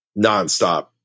nonstop